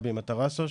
גבי מטרסו,